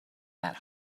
that